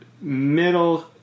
middle